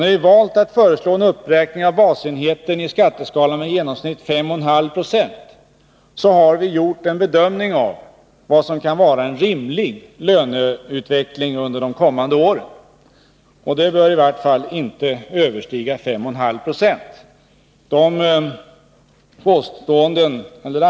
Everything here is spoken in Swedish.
När vi har valt att föreslå en uppräkning av basenheten i skatteskalan med i genomsnitt 5,5 26, har vi gjort en bedömning av vad som kan vara en rimlig löneutveckling under de kommande åren. Den bör i varje fall inte överstiga 5,5 Yo per år.